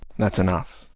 that's enough.